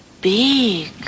big